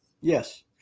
Yes